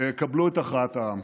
קבלו את הכרעת העם.